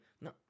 no